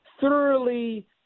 thoroughly